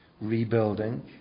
rebuilding